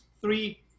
three